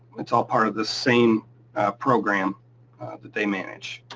it's all part of the same program that they manage.